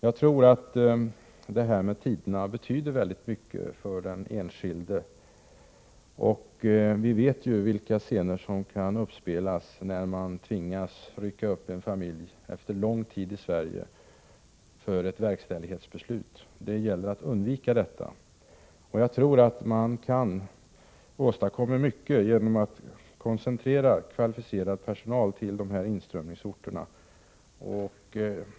Jag tror att frågan om tiden betyder väldigt mycket för den enskilde. Vi vet vilka scener som kan utspela sig när man efter ett verkställighetsbeslut tvingas rycka upp en familj som bott lång tid i Sverige. Det gäller att undvika detta. Jag tror att man kan åstadkomma mycket genom att koncentrera kvalificerad personal till inströmningsorterna.